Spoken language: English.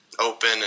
open